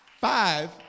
Five